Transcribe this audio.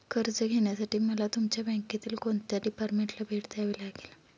कर्ज घेण्यासाठी मला तुमच्या बँकेतील कोणत्या डिपार्टमेंटला भेट द्यावी लागेल?